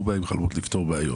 והוא בא עם חלומות לפתור בעיות,